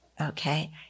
Okay